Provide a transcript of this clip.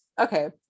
okay